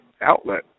outlet